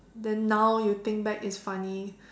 then now you think back it's funny